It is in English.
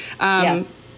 Yes